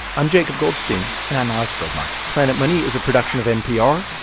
i'm jacob goldstein and i'm alex goldmark planet money is a production of npr.